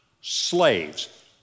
slaves